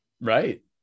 Right